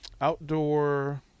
Outdoor